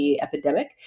epidemic